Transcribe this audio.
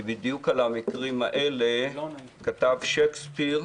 כי בדיוק על המקרים האלה כתב שייקספיר,